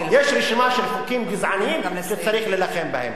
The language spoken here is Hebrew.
יש רשימה של חוקים גזעניים שצריך להילחם בהם.